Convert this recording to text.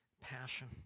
passion